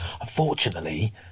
Unfortunately